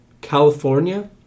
California